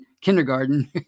kindergarten